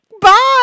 Bye